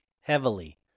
heavily